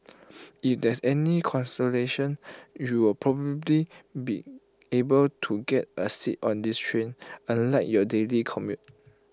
if that's any consolation you'll probably be able to get A seat on these trains unlike your daily commute